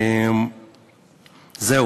זהו.